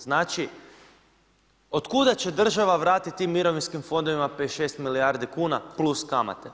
Znači otkuda će država vratiti tim mirovinskim fondovima 56 milijardi kuna plus kamate?